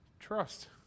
trust